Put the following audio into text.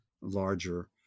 larger